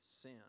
sin